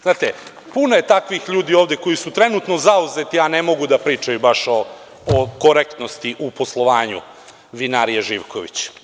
Znate, puno je takvih ljudi ovde koji su trenutno zauzeti, a ne mogu da pričaju baš o korektnosti u poslovanju „Vinarije Živković“